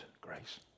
grace